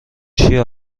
چیه